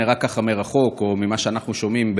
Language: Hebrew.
נראה ככה מרחוק או ממה שאנחנו שומעים,